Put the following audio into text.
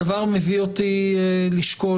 הדבר מביא אותי לשאול,